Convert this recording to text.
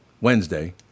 Wednesday